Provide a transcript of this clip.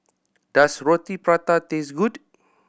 does Roti Prata taste good